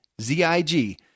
ZIG